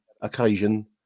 occasion